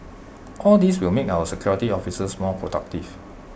all these will make our security officers more productive